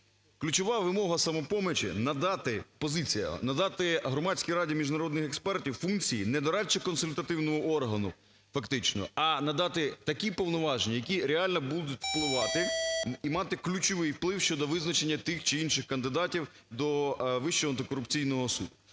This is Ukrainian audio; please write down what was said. Ключова вимога "Самопомочі" – надати, позиція, надати Громадській раді міжнародних експертів функції не дорадчо-консультативного органу фактично, а надати такі повноваження, які реально будуть впливати і мати ключовий вплив щодо визначення тих чи інших кандидатів до Вищого антикорупційного суду.